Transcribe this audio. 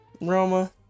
Roma